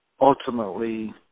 ultimately